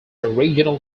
original